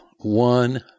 One